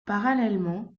parallèlement